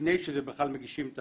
לפני שבכלל מגישים את